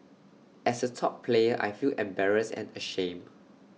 as A top player I feel embarrassed and ashamed